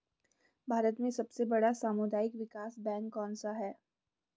भारत में सबसे बड़ा सामुदायिक विकास बैंक कौनसा है?